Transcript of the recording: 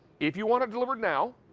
if you want it delivered now,